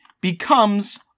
becomes